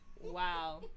Wow